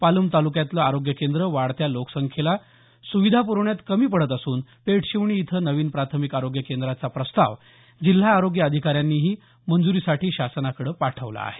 पालम तालुक्यातलं आरोग्य केंद्र वाढत्या लोकसंख्येला सुविधा पुरवण्यात कमी पडत असून पेठशिवणी इथं नवीन प्राथमिक आरोग्य केंद्राचा प्रस्ताव जिल्हा आरोग्य अधिकाऱ्यांनी मंजूरीसाठी शासनाकडं पाठवला आहे